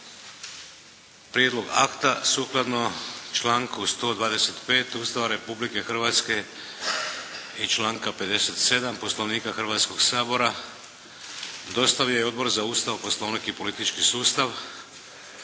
Prijedlog akta sukladno članku 125. Ustava Republike Hrvatske i članka 57. Poslovnika Hrvatskog sabora dostavio je Odbor za Ustav, Poslovnik i politički sustav.